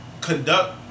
conduct